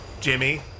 Jimmy